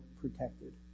protected